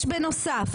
בנוסף,